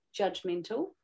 judgmental